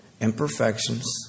imperfections